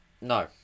No